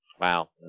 Wow